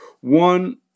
one